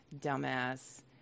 dumbass